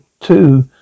two